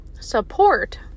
Support